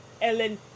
Ellen